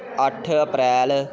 ਅੱਠ ਅਪ੍ਰੈਲ